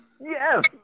Yes